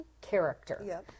character